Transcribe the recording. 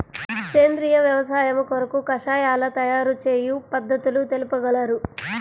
సేంద్రియ వ్యవసాయము కొరకు కషాయాల తయారు చేయు పద్ధతులు తెలుపగలరు?